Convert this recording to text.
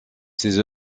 ces